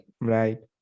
Right